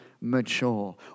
mature